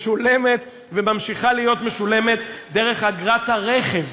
משולמת וממשיכה להיות משולמת דרך אגרת הרכב.